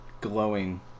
glowing